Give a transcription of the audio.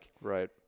Right